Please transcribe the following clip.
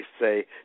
say